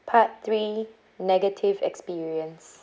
part three negative experience